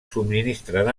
subministren